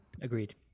agreed